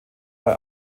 bei